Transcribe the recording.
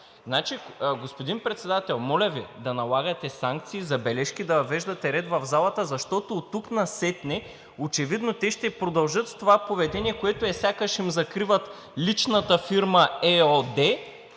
място. Господин Председател, моля Ви да налагате санкции, забележки, да въвеждате ред в залата, защото оттук насетне очевидно те ще продължат с това поведение, което е сякаш им закриват личната фирма